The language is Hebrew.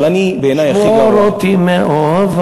אבל אני, בעיני הכי גרוע, שמור אותי מאוהבי,